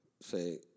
say